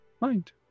mind